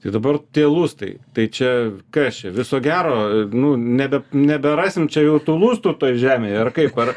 tai dabar tie lustai tai čia kas čia viso gero nu nebe neberasim čia jau tų lustų toj žemėj ar kaip ar